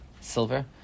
silver